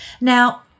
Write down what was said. Now